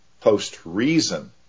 post-reason